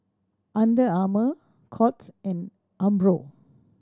Under Armour Courts and Umbro